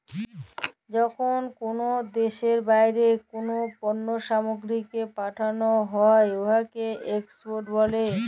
যখল কল দ্যাশের বাইরে কল পল্ল্য সামগ্রীকে পাঠাল হ্যয় উয়াকে এক্সপর্ট ব্যলে